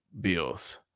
Bills